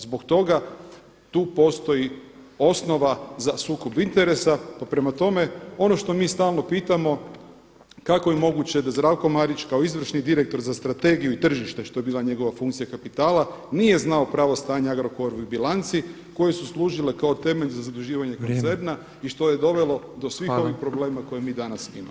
Zbog toga tu postoji osnova za sukob interesa, pa prema tome ono što mi stalno pitamo kako je moguće da Zdravko Marić kao izvršni direktor za strategiju i tržište što je bila njegova funkcija kapitala nije znao pravo stanje o Agrokorovoj bilanci koje su služile kao temelj za zaduživanje koncerna [[Upadica predsjednik: Vrijeme.]] i što je dovelo do svih ovih problema koje mi danas imamo.